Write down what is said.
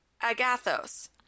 agathos